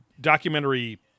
documentary